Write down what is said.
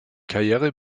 karriere